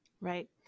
Right